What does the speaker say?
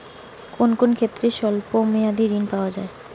কোন কোন ক্ষেত্রে স্বল্প মেয়াদি ঋণ পাওয়া যায়?